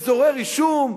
אזורי רישום?